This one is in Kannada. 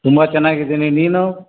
ತುಂಬ ಚೆನ್ನಾಗಿದೀನಿ ನೀನು